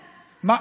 לומר,